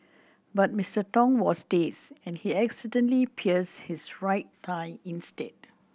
but Mister Tong was dazed and he accidentally pierced his right thigh instead